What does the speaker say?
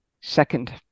second